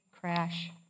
crash